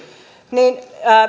niin